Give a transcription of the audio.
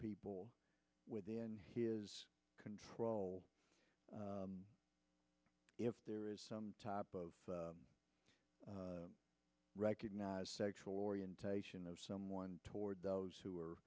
people within his control if there is some type of recognize sexual orientation of someone toward those who are